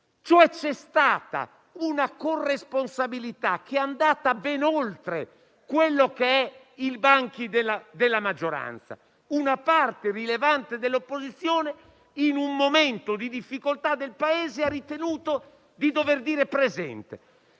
no; c'è stata cioè, una corresponsabilità che è andata ben oltre i banchi della maggioranza: una parte rilevante dell'opposizione, in un momento di difficoltà del Paese, ha ritenuto di dover dire di essere